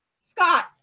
Scott